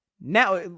Now